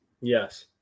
Yes